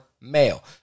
male